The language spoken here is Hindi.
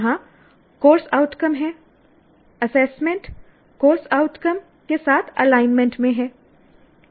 यहां कोर्स आउटकम है एसेसमेंट कोर्स आउटकम के साथ एलाइनमेंट में है